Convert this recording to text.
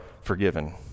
forgiven